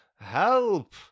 Help